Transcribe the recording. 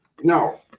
no